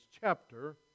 chapter